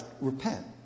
repent